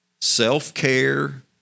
Self-care